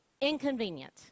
inconvenient